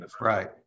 Right